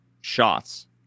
shots